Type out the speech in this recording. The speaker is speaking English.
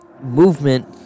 movement